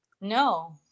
No